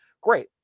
Great